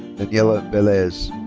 daniela velez.